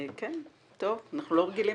אנחנו פשוט לא רגילים.